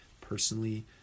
personally